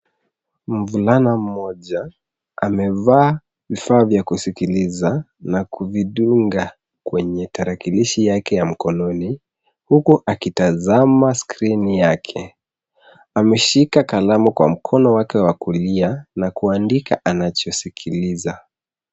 Mvulana mmoja amevaa vifaa vya kusikiliza na kuvidunga kwenye tarakilishi yake ya mkononi huku akitazama skrini yake. Ameshika kalamu kwa mkono wake wa kulia na kuandika anachosikiliza.